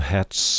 Hats